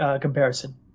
comparison